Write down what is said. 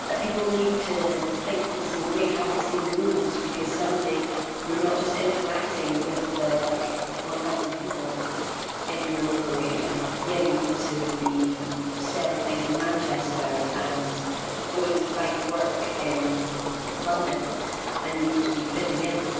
people need to think the same way, have the same rules, because suddenly you're not just interacting with the like one thousand people in and your local area yeah you need to be selling things in manchester and going to find work in london and you need to be fitting in.